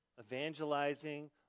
evangelizing